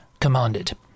commanded